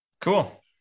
Cool